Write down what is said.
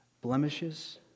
blemishes